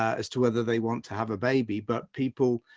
as to whether they want to have a baby, but people,